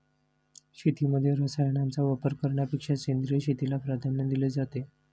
शेतीमध्ये रसायनांचा वापर करण्यापेक्षा सेंद्रिय शेतीला प्राधान्य दिले जाते